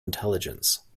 intelligence